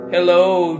Hello